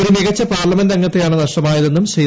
ഒരു മികച്ച പാർലമെന്റ് അംഗത്തെയാണ് നഷ്ടമായതെന്നും ശ്രീ